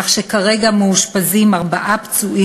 כך שכרגע מאושפזים שם